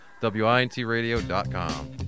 wintradio.com